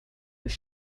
with